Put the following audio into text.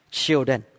children